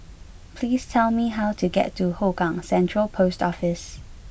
please tell me how to get to Hougang Central Post Office